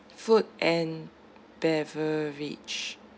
food and beverage